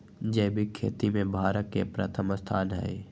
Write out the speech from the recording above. जैविक खेती में भारत के प्रथम स्थान हई